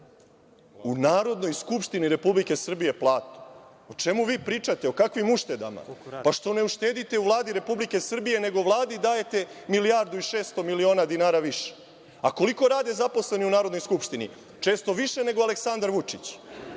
u Narodnoj skupštini Republike Srbije plate.O čemu vi pričate, o kakvim uštedama? Što ne uštedite u Vladi Republike Srbije, nego Vladi dajete milijardu i 600 miliona više? A koliko rade zaposleni u Narodnoj skupštini? Često više nego Aleksandar Vučić.